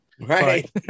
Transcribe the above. Right